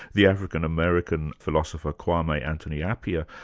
the african-american philosopher kwame anthony appiah.